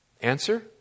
Answer